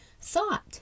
thought